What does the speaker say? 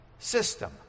system